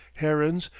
herons,